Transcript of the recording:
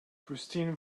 christine